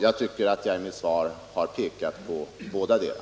Jag tycker att jag i mitt svar har pekat på bådadera.